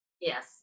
Yes